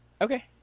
okay